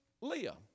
Leah